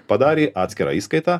padarė atskirą įskaitą